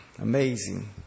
Amazing